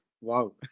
Wow